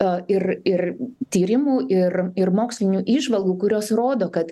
o ir ir tyrimų ir ir mokslinių įžvalgų kurios rodo kad